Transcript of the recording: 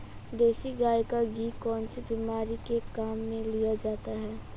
देसी गाय का घी कौनसी बीमारी में काम में लिया जाता है?